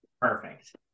Perfect